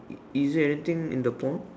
is it anything in the pond